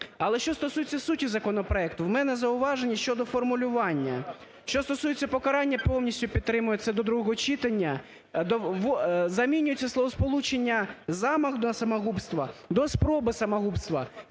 Але що стосується суті законопроекту, в мене зауваження щодо формулювання. Що стосується покарання, повністю підтримую це до другого читання: замінюється словосполучення "замах до самогубства" до "спроби самогубства".